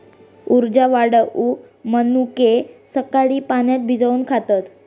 उर्जा वाढवूक मनुके सकाळी पाण्यात भिजवून खातत